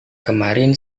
kemarin